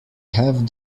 have